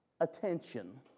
attention